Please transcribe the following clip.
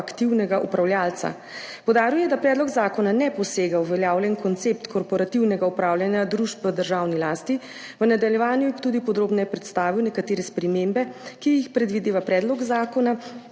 aktivnega upravljavca. Poudaril je, da predlog zakona ne posega v uveljavljen koncept korporativnega upravljanja družb v državni lasti. V nadaljevanju je tudi podrobneje predstavil nekatere spremembe, ki jih predvideva predlog zakona